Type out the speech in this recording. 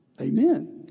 Amen